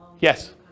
Yes